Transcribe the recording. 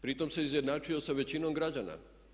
Pritom se izjednačio sa većinom građana.